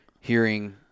hearing